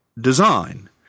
design